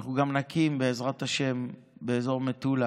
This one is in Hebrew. אנחנו גם נקים, בעזרת השם, באזור מטולה,